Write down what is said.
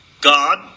God